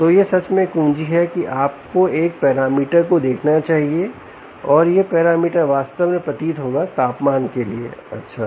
तो यह सच में कुंजी है कि आपको एक पैरामीटर को देखना चाहिए और यह पैरामीटर वास्तव में प्रतीत होगा तापमान के लिए अच्छा